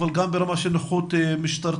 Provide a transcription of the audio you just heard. אבל גם ברמה של נוכחות משטרתית.